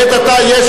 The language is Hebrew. לעת עתה יש